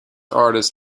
artist